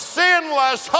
sinless